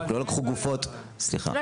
לא לקחו גופות ומצאו.